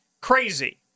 crazy